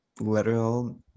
literal